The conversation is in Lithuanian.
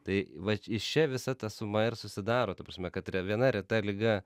tai vat iš čia visa ta suma ir susidaro ta prasme kad yra viena reta liga